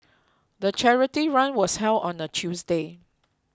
the charity run was held on a Tuesday